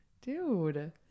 Dude